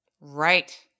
Right